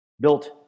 built